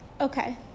okay